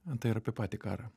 tai yra apie patį karą